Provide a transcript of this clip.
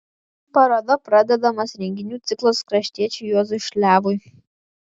paroda pradedamas renginių ciklas kraštiečiui juozui šliavui